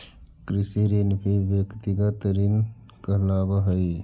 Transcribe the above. कृषि ऋण भी व्यक्तिगत ऋण कहलावऽ हई